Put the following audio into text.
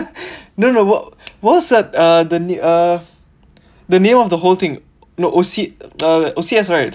no no wha~ what was that uh the na~ uh the name of the whole thing no O_C uh O_C_S right